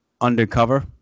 Undercover